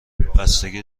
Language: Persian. بستگی